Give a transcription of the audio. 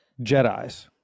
Jedis